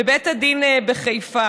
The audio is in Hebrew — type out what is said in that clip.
בית הדין בחיפה,